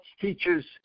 Teachers